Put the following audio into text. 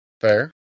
Fair